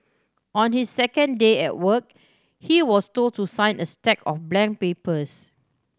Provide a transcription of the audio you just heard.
on his second day at work he was told to sign a stack of blank papers